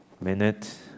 minute